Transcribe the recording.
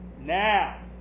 Now